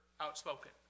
outspoken